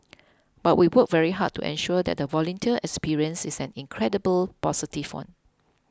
but we work very hard to ensure that the volunteer experience is an incredibly positive one